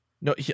No